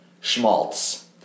schmaltz